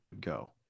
go